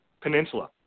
Peninsula